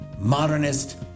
Modernist